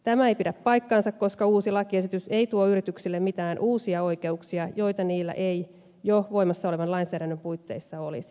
tämä ei pidä paikkaansa koska uusi lakiesitys ei tuo yrityksille mitään uusia oikeuksia joita niillä ei jo voimassa olevan lainsäädännön puitteissa olisi